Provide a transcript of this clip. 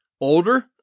Older